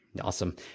Awesome